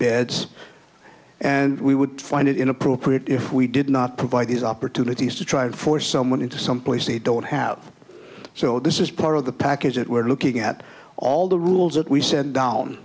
beds and we would find it inappropriate if we did not provide these opportunities to try and force someone into someplace they don't have so this is part of the package that we're looking at all the rules that we said down